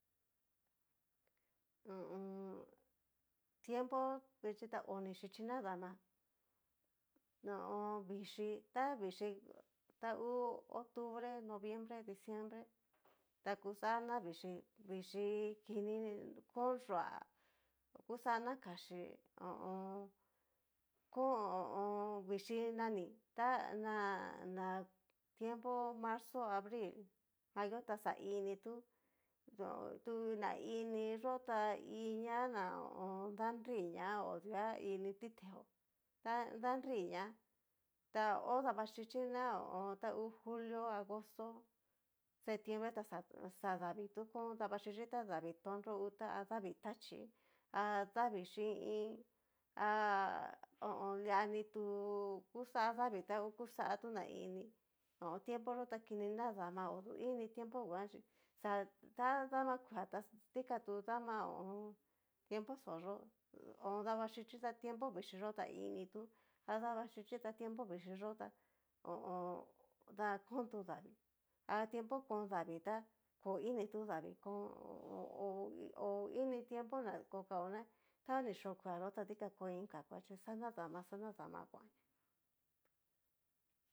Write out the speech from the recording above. Ho o on. tiempo vixhí ta oni yichi nadama, ho o on bixhí ta vichí ta hu octubre, noviembre, diciembre, ta kuxa na vichíi vichíi kon yuá kuxa na kaxí ho o on kon ho o on. vichi nani ta na na tiempo marzo, abril, mayo, taxa ini tú tu na ini yó gta inia ná ho o on. danri ña odua ini titeo ta danriña ta ho davaxhichí na ho o on. ta hú julio, agosto, septiembre taxa davii tu kón davaxhichí tá davii tonnró utá a davii tachí a davii xhín iin a ho o on liani tu kuxa davii ta hu kuxa tu na ini tiempo yó ta kini nadama oduga ininguan chi xa ta dama kuea dikan tu dama tiempo xó yó davaxhichi ta tiempo vixhii yó ta ini tú tadaxhichi ta tiempo vichíiyo ta ho o on. da kon tu davii a tiempo kon davii ta ko ini tu nadvii kón ho hodu ini tiempo na okao ná tani ko kua yó ta dikan ko iinga kuea chí xa nadama nadama kuanña.